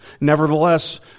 Nevertheless